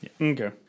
okay